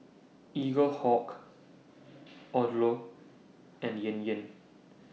Eaglehawk Odlo and Yan Yan